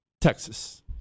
Texas